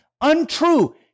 Untrue